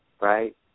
right